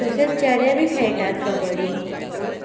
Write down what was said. तशेंच चेड्या बी खेळटात कबड्डी खो खो